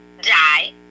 die